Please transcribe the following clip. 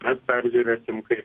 mes peržiūrėsim kai